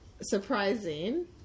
surprising